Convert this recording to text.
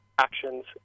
actions